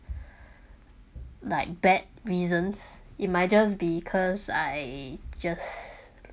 like bad reasons it might just because I just